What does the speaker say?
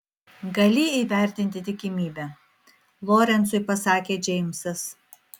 gali įvertinti tikimybę lorencui pasakė džeimsas